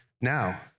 Now